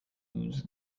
whose